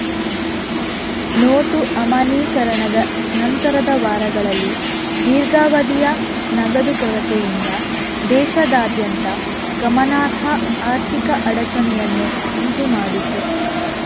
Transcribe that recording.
note ಅಮಾನ್ಯೀಕರಣದ ನಂತರದ ವಾರಗಳಲ್ಲಿ ದೀರ್ಘಾವಧಿಯ ನಗದು ಕೊರತೆಯಿಂದ ದೇಶದಾದ್ಯಂತ ಗಮನಾರ್ಹ ಆರ್ಥಿಕ ಅಡಚಣೆಯನ್ನು ಉಂಟು ಮಾಡಿತು